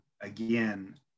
again